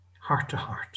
heart-to-heart